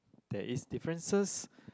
there is differences